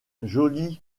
joly